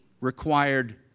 required